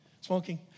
smoking